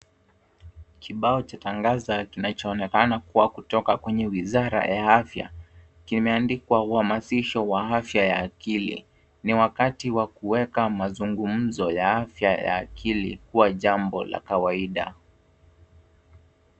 Kibao cha tangaza kinachoonekana kuwa kutoka kwenye wizara ya afya kimeandikwa uhamasisho wa afya ya akili. Ni wakati wa kuweka mazungumzo ya afya ya akili kuwa jambo la kawaida.